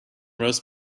roast